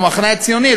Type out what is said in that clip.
במחנה הציוני.